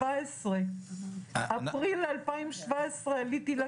-- באפריל 2017 עליתי לכביש.